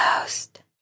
ghost